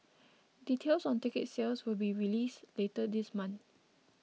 details on ticket sales will be released later this month